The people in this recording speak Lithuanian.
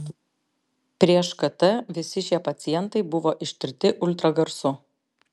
prieš kt visi šie pacientai buvo ištirti ultragarsu